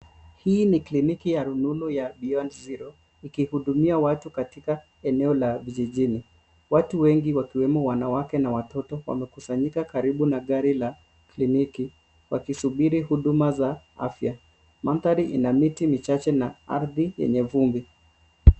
Hii ni kliniki ya rununu ya, beyond zero, ikihudumia watu katika eneo la vijijini. Watu wengi wakiwemo wanawake na watoto wamekusanyika karibu na gari la kliniki wakisubiri huduma za afya. Mandhari ina miti michache na ardhi yenye vumbi.